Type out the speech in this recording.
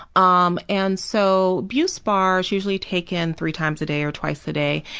um and so buspar is usually taken three times a day or twice a day,